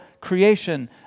creation